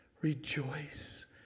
rejoice